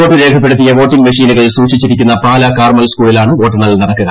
വോട്ടു രേഖപ്പെടുത്തിയ വോട്ടിംഗ് മെഷീനുകൾ സൂക്ഷിച്ചിരിക്കുന്ന പാലാ കാർമൽ സ്കൂളിലാണ് വോട്ടെണ്ണൽ നടക്കുക